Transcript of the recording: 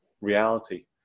reality